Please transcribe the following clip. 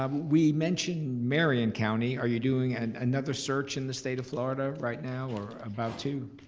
um we mentioned marion county. are you doing and another search in the state of florida right now or about to?